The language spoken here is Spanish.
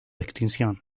extinción